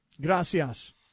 Gracias